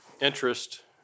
interest